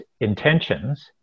intentions